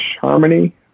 harmony